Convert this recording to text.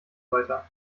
weiter